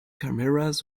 cameras